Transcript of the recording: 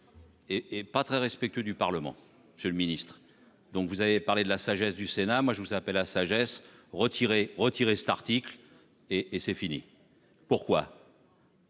et pas très respectueux du Parlement sur le ministre dont vous avez parlé de la sagesse du Sénat. Moi je vous appelle la sagesse retirez retirez cet article et et c'est fini. Pourquoi.